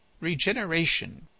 regeneration